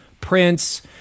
Prince